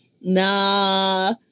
nah